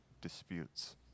disputes